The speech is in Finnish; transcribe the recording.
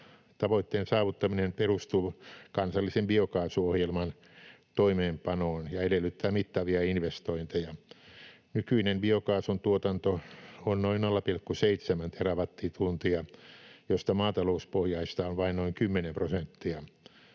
Tavoitteen saavuttaminen perustuu kansallisen biokaasuohjelman toimeenpanoon ja edellyttää mittavia investointeja. Nykyinen biokaasun tuotanto on noin 0,7 terawattituntia, josta maatalouspohjaista on vain noin 10 prosenttia.